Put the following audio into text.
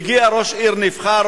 והגיע ראש עיר נבחר,